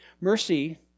Mercy